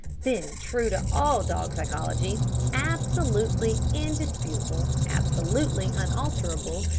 then true to all dog psychology absolutely indisputable, absolutely unalterable,